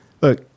look